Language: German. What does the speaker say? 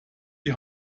die